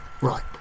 Right